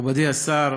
מכובדי השר,